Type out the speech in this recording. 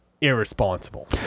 Irresponsible